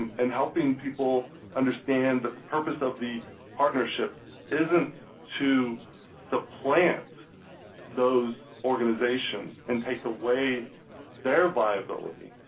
and helping people understand that the purpose of the partnership isn't to supplant those organizations and take away their viability.